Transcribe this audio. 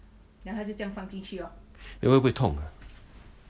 eh 会不会痛